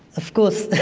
of course,